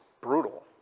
brutal